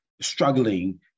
struggling